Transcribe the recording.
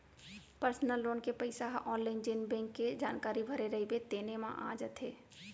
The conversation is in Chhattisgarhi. पर्सनल लोन के पइसा ह आनलाइन जेन बेंक के जानकारी भरे रइबे तेने म आ जाथे